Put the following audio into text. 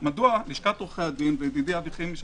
מדוע לשכת עורכי הדין וידידי אבי חימי,